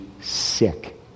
sick